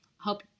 Hope